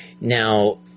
Now